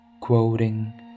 Quoting